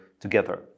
together